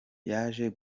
yaje